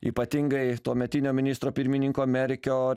ypatingai tuometinio ministro pirmininko merkio